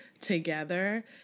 together